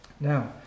Now